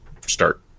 start